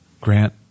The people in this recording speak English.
Grant